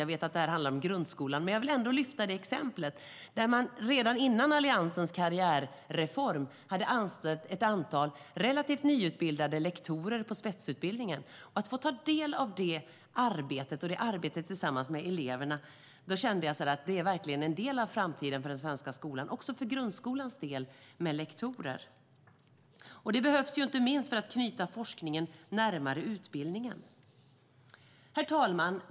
Jag vet att det här handlar om grundskolan, men jag vill ändå lyfta fram det exemplet där man redan innan Alliansens karriärreform hade anställt ett antal relativt nyutbildade lektorer på spetsutbildningen. Att få ta del av det arbetet och arbetet tillsammans med eleverna fick mig att känna att det verkligen är en del av framtiden också för den svenska grundskolans del med lektorer. Det behövs inte minst för att knyta forskningen närmare utbildningen. Herr talman!